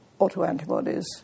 autoantibodies